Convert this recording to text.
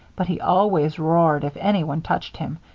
but he always roared if anyone touched him,